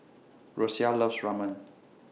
Rosia loves Ramen